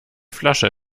flasche